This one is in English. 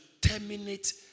terminate